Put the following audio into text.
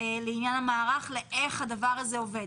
איך הדבר הזה עובד,